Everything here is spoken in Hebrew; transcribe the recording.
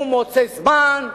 הוא מוצא זמן,